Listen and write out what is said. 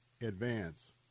advance